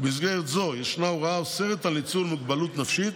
ובמסגרת זו ישנה הוראה שאוסרת ניצול מוגבלות נפשית,